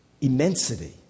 immensity